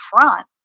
front